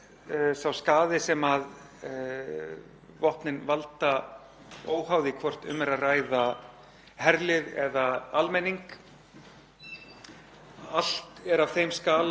er af þeim skala að beiting kjarnavopna getur aldrei átt sér stað án þess að alþjóðalög séu brotin og þær reglur sem gilda um hernað.